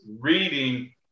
reading